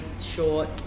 short